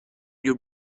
your